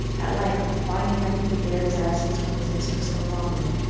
at length, finding that he could bear his absence from his mistress no longer,